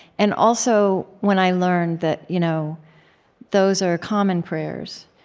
and also, when i learned that you know those are common prayers,